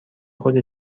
خود